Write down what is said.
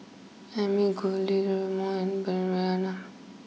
Ami Guillermo and Mariana